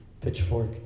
pitchfork